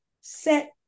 Set